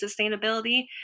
Sustainability